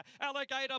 alligator